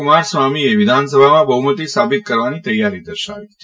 કુમાર સ્વામીએ વિધાનસભામાં બહુમતિ સાબિત કરવાની તૈયારી દર્શાવી છે